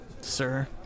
sir